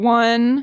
one